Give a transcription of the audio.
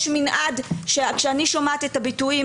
יש מנעד שכשאני שומעת את הביטויים,